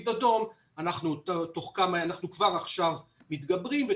אדום אנחנו כבר עכשיו מתגברים על הבעיה,